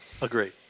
agree